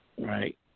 Right